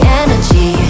energy